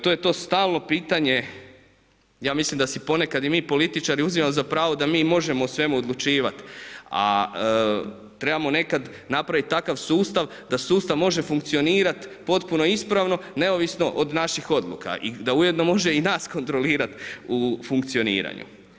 To je to stalno pitanje, ja mislim da si ponekad i mi političari uzimamo za pravo da mi možemo o svemu odlučivati a trebamo nekad napraviti takav sustav da sustav može funkcionirati potpuno ispravo neovisno od naših odluka i da ujedno može i nas kontrolirati u funkcioniranju.